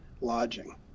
lodging